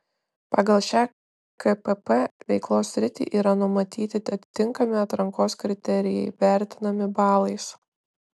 pagal šią kpp veiklos sritį yra numatyti atitinkami atrankos kriterijai vertinami balais